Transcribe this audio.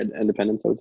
independence